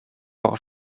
por